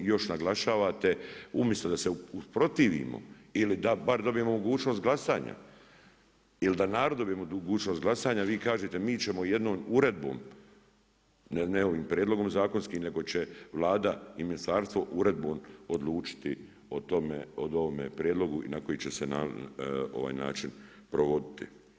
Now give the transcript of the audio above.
I još naglašavate umjesto da se usprotivimo ili da bar dobijemo mogućnost glasanja ili da narod dobije mogućnost glasanja vi kažete mi ćemo jednom uredbom, ne ovim prijedlogom zakonskim nego će Vlada i ministarstvo uredbom odlučiti o tome, o ovome prijedlogu i na koji će se način provoditi.